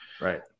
Right